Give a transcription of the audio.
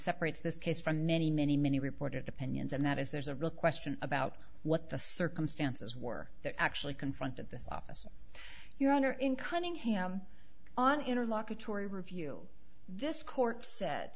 separates this case from many many many reported opinions and that is there's a real question about what the circumstances were that actually confronted this officer your honor in cunningham on interlocutory review this court said